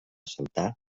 saltar